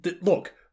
look